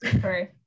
sorry